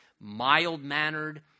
mild-mannered